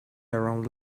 around